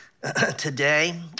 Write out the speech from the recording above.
Today